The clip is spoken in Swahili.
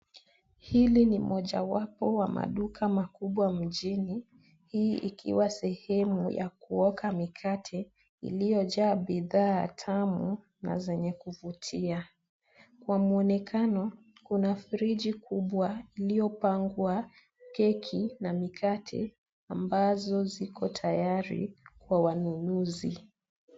Hili ni mojawapo wa maduka makubwa mjini, hii ikiwa sehemu ya kuoka mikate iliyojaa bidhaa tamu na zenye kuvutia. Kwa muonekano, kuna friji kubwa iliyopangwa keki na mikate ambazo ziko tayari kwa wanunuzi.